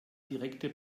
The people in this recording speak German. direkte